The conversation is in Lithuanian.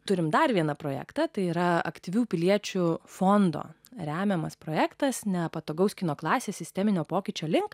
turime dar vieną projektą tai yra aktyvių piliečių fondo remiamas projektas nepatogaus kino klasės sisteminio pokyčio link